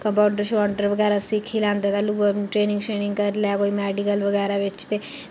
compounder शम्पाउण्डर बगैरा सिक्खी लैंदे ते दूआ ट्रेनिंग श्रेनिंग करी लै कोई मैडिकल बगैरा बिच्च ते